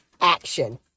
action